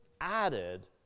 added